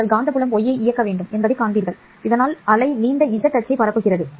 நீங்கள் காந்தப்புலம் Y ஐ இயக்க வேண்டும் என்பதைக் காண்பீர்கள் இதனால் அலை நீண்ட z அச்சைப் பரப்புகிறது